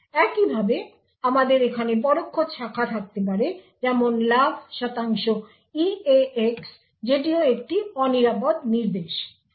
একইভাবে আমাদের এখানে পরোক্ষ শাখা থাকতে পারে যেমন লাফ শতাংশ eax যেটিও একটি অনিরাপদ নির্দেশ